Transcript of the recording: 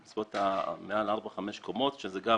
מדובר במבנים שעד 4 5 קומות שזה גם